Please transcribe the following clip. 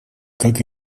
как